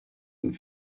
and